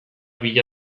bila